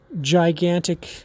gigantic